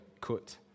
cut